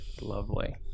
Lovely